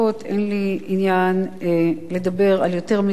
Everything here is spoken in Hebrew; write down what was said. אין לי עניין לדבר על יותר מזה.